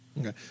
Okay